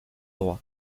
droit